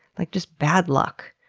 like just bad luck?